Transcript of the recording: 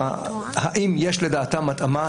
האם יש לדעתם התאמה,